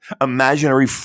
imaginary